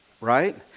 right